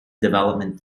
development